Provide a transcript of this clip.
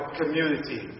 community